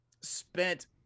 spent